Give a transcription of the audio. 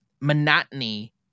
monotony